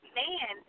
man